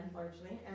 largely